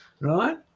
right